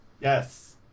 Yes